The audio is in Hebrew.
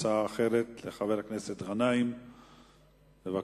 הצעה אחרת לחבר הכנסת גנאים, בבקשה.